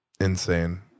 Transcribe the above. insane